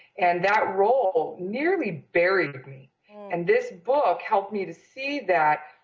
and that role nearly buried me and this book helped me to see that.